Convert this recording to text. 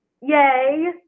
yay